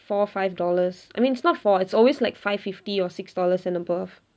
four five dollars I mean it's not four it's always like five fifty or six dollars and above